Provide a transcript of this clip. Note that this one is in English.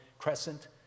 Crescent